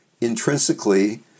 intrinsically